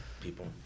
people